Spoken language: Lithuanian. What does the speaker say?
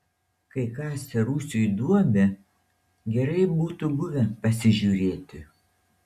kai kasė rūsiui duobę gerai būtų buvę pasižiūrėti